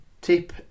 tip